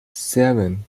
seven